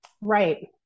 Right